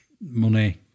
money